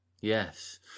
Yes